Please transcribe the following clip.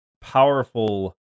powerful